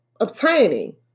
obtaining